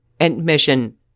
admission